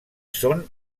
són